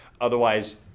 Otherwise